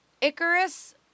Icarus